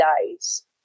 days